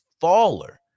faller